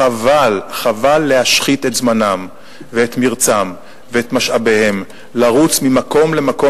חבל להשחית את זמנם ואת מרצם ואת משאביהם לרוץ ממקום למקום